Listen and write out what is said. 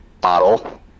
bottle